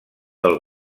del